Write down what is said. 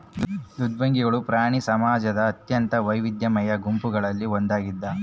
ಮೃದ್ವಂಗಿಗಳು ಪ್ರಾಣಿ ಸಾಮ್ರಾಜ್ಯದ ಅತ್ಯಂತ ವೈವಿಧ್ಯಮಯ ಗುಂಪುಗಳಲ್ಲಿ ಒಂದಾಗಿದ